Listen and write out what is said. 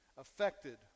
affected